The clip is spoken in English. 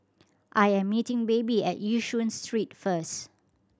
I am meeting Baby at Yishun Street first